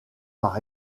par